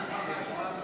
כל הכבוד.